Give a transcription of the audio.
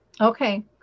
Okay